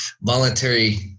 voluntary